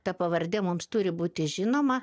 ta pavardė mums turi būti žinoma